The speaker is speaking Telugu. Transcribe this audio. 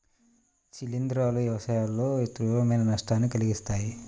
శిలీంధ్రాలు వ్యవసాయంలో తీవ్రమైన నష్టాన్ని కలిగిస్తాయి